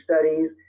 studies